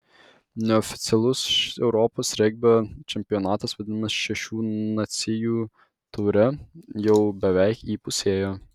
neoficialus europos regbio čempionatas vadinamas šešių nacijų taure jau beveik įpusėjo